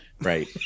Right